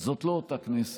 זאת לא אותה כנסת.